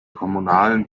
kommunalen